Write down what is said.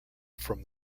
from